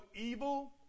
evil